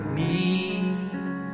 need